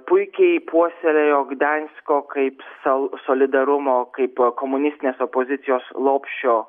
puikiai puoselėjo gdiansko kaip sal solidarumo kaip komunistinės opozicijos lopšio